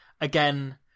again